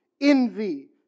envy